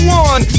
one